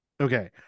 okay